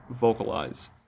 vocalize